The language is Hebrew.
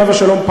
עליו השלום,